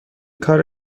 کار